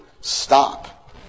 stop